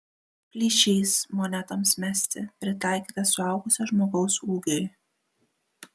plyšys monetoms mesti pritaikytas suaugusio žmogaus ūgiui